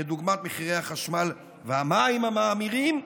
כדוגמת מחירי החשמל והמים המאמירים,